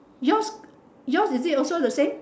yours yours is it also the same